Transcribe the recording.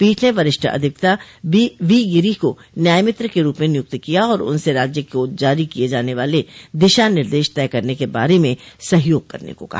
पीठ ने वरिष्ठ अधिवक्ता वी गिरी को न्यायमित्र के रूप में नियुक्त किया और उनसे राज्यों को जारी किए जाने वाले दिशा निर्देश तय करने के बारे में ॅसहयोग करने को कहा